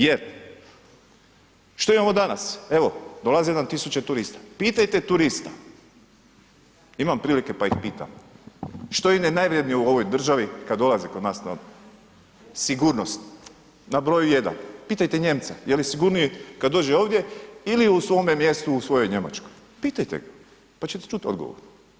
Jer, što imamo danas, evo dolaze nam tisuće turista, pitajte turista, imam prilike pa ih pitam, što im je najvrjednije u ovoj državi kada dolaze kod nas, sigurnost na broju 1. Pitajte Nijemca je li sigurniji kada dođe ovdje ili u svome mjestu u svojoj Njemačkoj, pitajte ga pa ćete čuti odgovor.